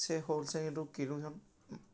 ସେ ହୋଲ୍ସେଲ୍ରୁ କିଣୁଛନ୍